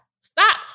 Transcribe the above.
Stop